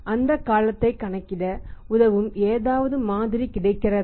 அந்தக் காலத்தைக் கணக்கிட உதவும் ஏதாவது மாதிரி கிடைக்கிறதா